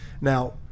Now